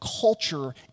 culture